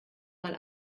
mal